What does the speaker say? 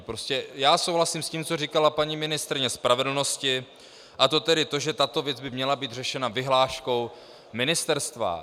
Prostě já souhlasím s tím, co říkala paní ministryně spravedlnosti, a to tedy to, že tato věc by měla být řešena vyhláškou ministerstva.